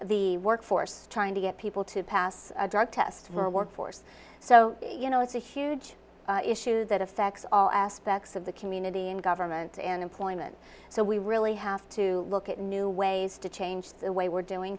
the work force trying to get people to pass a drug test or work force so you know it's a huge issue that affects all aspects of the community and government and employment so we really have to look at new ways to change the way we're doing